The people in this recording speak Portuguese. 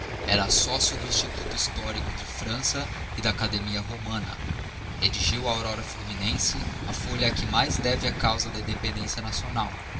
era sócio do instituto histórico de frança e da academia romana redigiu a aurora fluminense a folha a que mais deve a causa da independência nacional